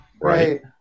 Right